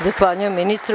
Zahvaljujem ministru.